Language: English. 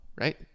right